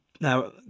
now